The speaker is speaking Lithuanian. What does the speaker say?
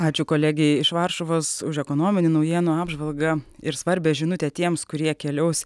ačiū kolegei iš varšuvos už ekonominių naujienų apžvalgą ir svarbią žinutę tiems kurie keliaus